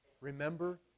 Remember